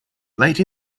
late